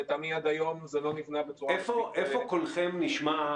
שלטעמי עד היום זה לא נבנה בצורה מספיק --- איפה קולכם נשמע?